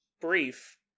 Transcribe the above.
brief